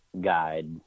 guide